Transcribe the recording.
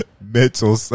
mental